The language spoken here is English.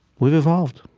we've evolved.